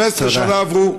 15 שנה עברו.